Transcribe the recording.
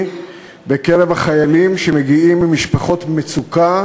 בקרב החיילים שמגיעים ממשפחות מצוקה,